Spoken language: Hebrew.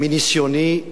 מניסיוני,